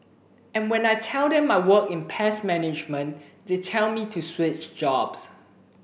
and when I tell them I work in pest management they tell me to switch jobs